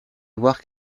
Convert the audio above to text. avoir